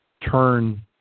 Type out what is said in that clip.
turn